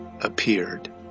appeared